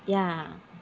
ya